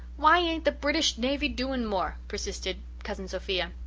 why ain't the british navy doing more? persisted cousin sophia.